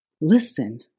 Listen